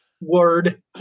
Word